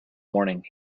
morning